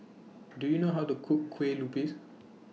Do YOU know How to Cook Kueh Lupis